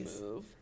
move